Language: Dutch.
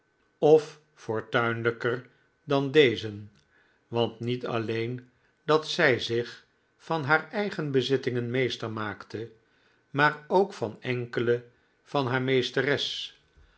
of fortuinlijker dan dezen want niet alleen dat zij zich van haar eigen bezittingen meester maakte maar ook van enkele van haar meesteres